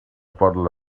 bottle